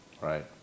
Right